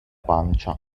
pancia